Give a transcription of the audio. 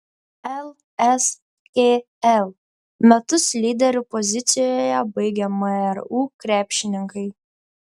lskl metus lyderių pozicijoje baigė mru krepšininkai